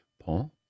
Paul